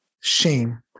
shame